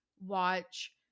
watch